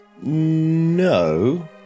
no